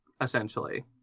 essentially